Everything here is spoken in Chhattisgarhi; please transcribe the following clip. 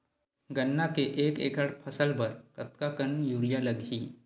गन्ना के एक एकड़ फसल बर कतका कन यूरिया लगही?